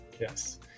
Yes